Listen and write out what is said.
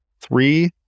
three